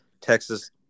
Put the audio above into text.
Texas